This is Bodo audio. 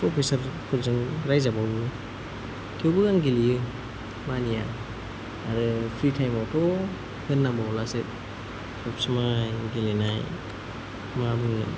प्रफेसारफोरजों रायजाबावो थेवबो आं गेलेयो मानिया ओमफ्राय फ्रि टाइमावथ' होननांबावलासो सबसमाय गेलेनाय मा बुंनो